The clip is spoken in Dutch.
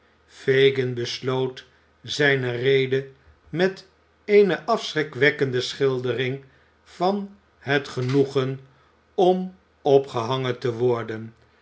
fagin besloot zijne rede met eene afschrikwekkende schildering van het genoegen om opgehangen te worden